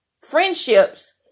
friendships